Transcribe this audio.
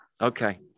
Okay